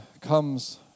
comes